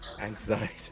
anxiety